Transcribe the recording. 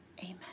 Amen